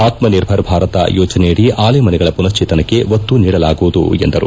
ಆತ್ಮ ನಿರ್ಭರ್ ಭಾರತ ಯೋಜನೆಯಡಿ ಆಲೆಮನೆಗಳ ಪುನಶ್ಲೇತನಕ್ಕೆ ಒತ್ತು ನೀಡಲಾಗುವುದು ಎಂದರು